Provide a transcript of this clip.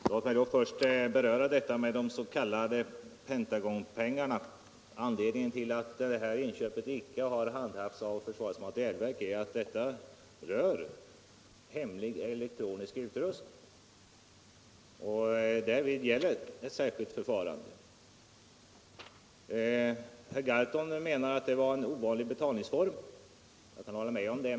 Herr talman! Låt mig först beröra de s.k. Pentagonpengarna. Anledningen till att detta inköp icke har handhafts av försvarets materielverk är att det rör hemlig elektronisk utrustning. Därvid gäller ett särskilt förfarande. | Herr Gahrton menar att det var en ovanlig betalningsform. Jag kan hålla med om det.